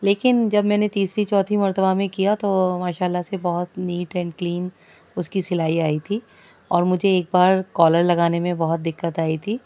لیکن جب میں نے تیسری چوتھی مرتبہ میں کیا تو ماشاء اللہ سے بہت نیٹ اینڈ کلین اس کی سلائی آئی تھی اور مجھے ایک بار کالر لگانے میں بہت دقت آئی تھی